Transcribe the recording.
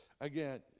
Again